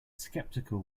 skeptical